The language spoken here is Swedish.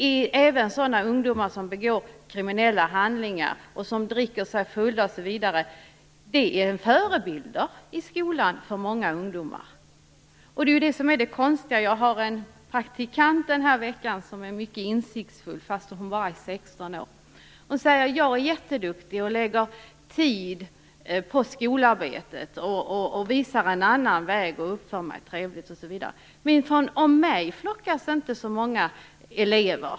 Där finns även ungdomar som begår kriminella handlingar, som dricker sig fulla, osv. De är förebilder för många ungdomar i skolan. Det är det som är det konstiga. Jag har den här veckan en praktikant som är mycket insiktsfull fastän hon bara är 16 år. Hon är jätteduktig, lägger ned tid på skolarbetet, uppför sig trevligt och går en annan väg, men runt henne flockas inte så många.